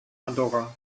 andorra